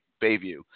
Bayview